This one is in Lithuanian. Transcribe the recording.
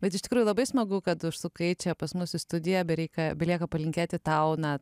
bet iš tikrųjų labai smagu kad užsukai čia pas mus į studiją bereika belieka palinkėti tau na